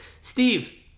Steve